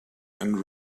and